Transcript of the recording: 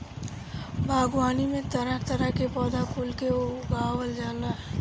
बागवानी में तरह तरह के पौधा कुल के उगावल जाला